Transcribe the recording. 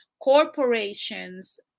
corporations